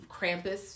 krampus